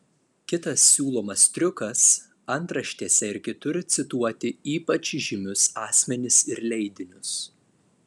kitas siūlomas triukas antraštėse ir kitur cituoti ypač žymius asmenis ir leidinius